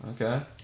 Okay